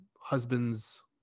husband's